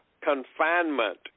confinement